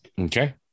Okay